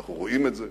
אנחנו רואים את זה,